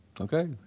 Okay